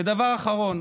ודבר אחרון,